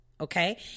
okay